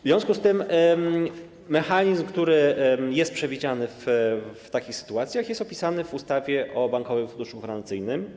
W związku z tym mechanizm, który przewidziany jest w takich sytuacjach, jest opisany w ustawie o Bankowym Funduszu Gwarancyjnym.